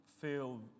feel